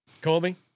Colby